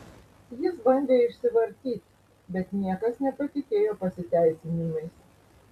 jis bandė išsivartyt bet niekas nepatikėjo pasiteisinimais